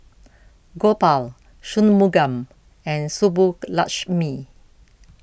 Gopal Shunmugam and Subbulakshmi